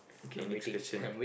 okay next question